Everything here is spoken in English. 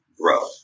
grow